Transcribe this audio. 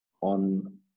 on